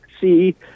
see